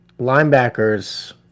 linebackers